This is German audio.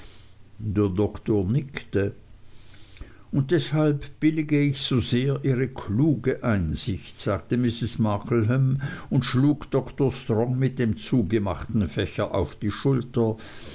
der doktor nickte und deshalb billige ich so sehr ihre kluge einsicht sagte mrs markleham und schlug dr strong mit dem zugemachten fächer auf die schulter